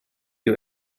you